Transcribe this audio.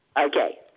Okay